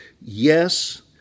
yes